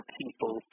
people